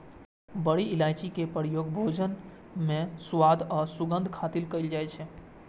बड़ी इलायची के प्रयोग भोजन मे स्वाद आ सुगंध खातिर कैल जाइ छै